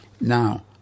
Now